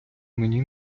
мені